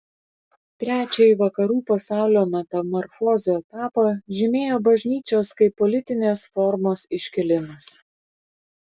trečiąjį vakarų pasaulio metamorfozių etapą žymėjo bažnyčios kaip politinės formos iškilimas